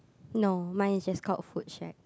no mine is just called food shack